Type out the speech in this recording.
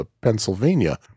pennsylvania